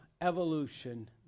evolution